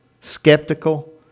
skeptical